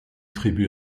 tribu